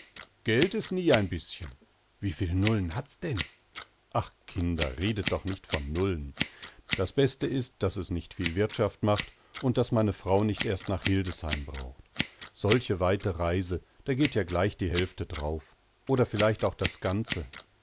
geld ist nie ein bischen wie viel nullen hat's denn ach kinder redet doch nicht von nullen das beste ist daß es nicht viel wirthschaft macht und daß meine frau nicht erst nach hildesheim braucht solche weite reise da geht ja gleich die hälfte drauf oder vielleicht auch das ganze